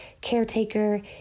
caretaker